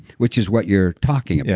which is what you're talking about?